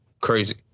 Crazy